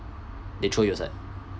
they throw you aside